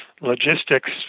logistics